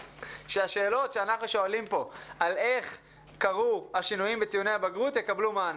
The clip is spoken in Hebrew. שהשאלות שאנחנו שואלים פה לגבי השינויים בציוני הבגרות יקבלו מענה.